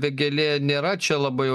vėgėlė nėra čia labai jau